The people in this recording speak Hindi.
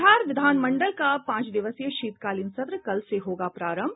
बिहार विधान मंडल का पांच दिवसीय शीतकालीन सत्र कल से होगा प्रारंभ